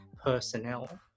personnel